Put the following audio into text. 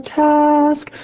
task